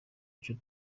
icyo